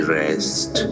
rest